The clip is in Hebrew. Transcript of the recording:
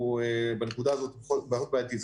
בנקודה הזאת זה בעייתי.